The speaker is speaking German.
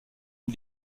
ihn